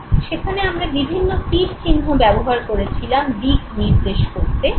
সেখানে আমরা বিভিন্ন তীর চিহ্ন ব্যবহার করেছিলাম দিক নির্দেশ করতে